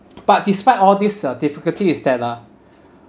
but despite all this uh difficulty is that uh